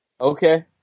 Okay